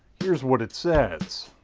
here's what it says